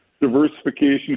diversification